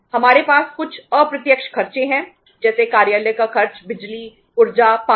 हमारे पास कुछ अप्रत्यक्ष खर्च हैं जैसे कार्यालय का खर्च बिजली ऊर्जा पानी